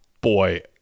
Boy